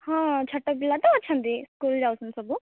ହଁ ଛୋଟ ପିଲା ତ ଅଛନ୍ତି ସ୍କୁଲ୍ ଯାଉଛନ୍ତି ସବୁ